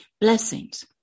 blessings